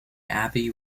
abbey